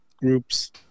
groups